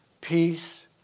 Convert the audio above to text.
peace